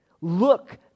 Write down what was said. Look